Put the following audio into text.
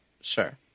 sure